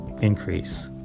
increase